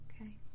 Okay